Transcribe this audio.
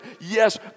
Yes